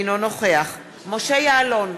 אינו נוכח משה יעלון,